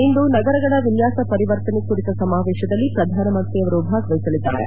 ಇಂದು ನಗರಗಳ ಭವಿನ್ನಾಸ ಪರಿವರ್ತನೆ ಕುರಿತ ಸಮಾವೇಶದಲ್ಲಿ ಪ್ರಧಾನಮಂತ್ರಿಯವರು ಭಾಗವಹಿಸಲಿದ್ದಾರೆ